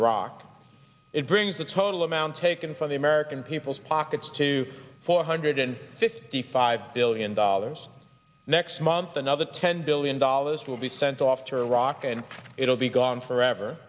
iraq it brings the total amount taken from the american people's pockets to four hundred fifty five billion dollars next month another ten billion dollars will be sent off to iraq and it will be gone forever